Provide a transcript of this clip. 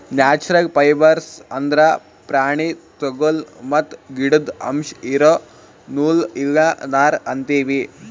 natural fibres ಅಂದ್ರ ಪ್ರಾಣಿ ತೊಗುಲ್ ಮತ್ತ್ ಗಿಡುದ್ ಅಂಶ್ ಇರೋ ನೂಲ್ ಇಲ್ಲ ನಾರ್ ಅಂತೀವಿ